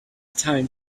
time